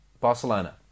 Barcelona